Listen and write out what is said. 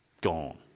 Gone